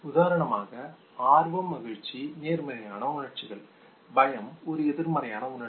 உதாரணமாக ஆர்வம் மகிழ்ச்சி நேர்மறையான உணர்ச்சிகள் பயம் ஒரு எதிர்மறை உணர்ச்சி